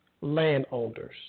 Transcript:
landowners